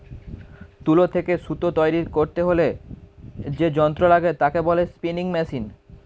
তুলো থেকে সুতো তৈরী করতে হলে যে যন্ত্র লাগে তাকে বলে স্পিনিং মেশিন